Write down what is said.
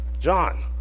John